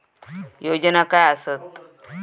योजना काय आसत?